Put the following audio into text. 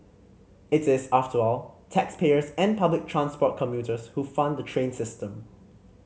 it is after all taxpayers and public transport commuters who fund the train system